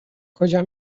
کجا